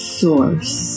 source